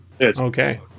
Okay